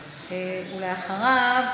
ואחריו,